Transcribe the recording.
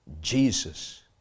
Jesus